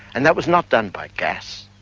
and that was not done by gas.